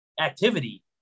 activity